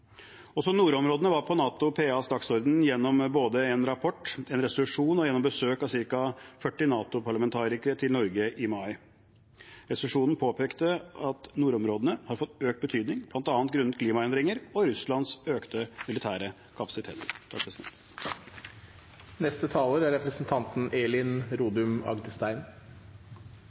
Også nordområdene var på NATO PAs dagsorden både gjennom en rapport, gjennom en resolusjon og gjennom besøk av ca. 40 NATO-parlamentarikere til Norge i mai. Resolusjonen påpekte at nordområdene har fått økt betydning, bl.a. grunnet klimaendringer og Russlands økte militære